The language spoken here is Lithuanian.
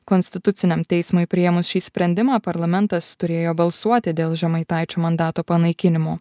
konstituciniam teismui priėmus šį sprendimą parlamentas turėjo balsuoti dėl žemaitaičio mandato panaikinimo